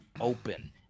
open